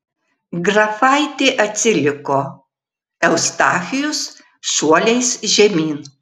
grafaitė atsiliko eustachijus šuoliais žemyn